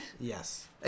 Yes